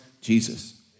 Jesus